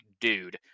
dude